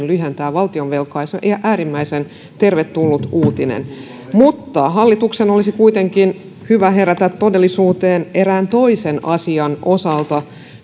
lyhentää valtionvelkaa ja se on äärimmäisen tervetullut uutinen mutta hallituksen olisi kuitenkin hyvä herätä todellisuuteen erään toisen asian osalta